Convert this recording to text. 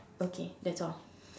okay that's all